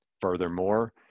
Furthermore